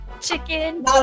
Chicken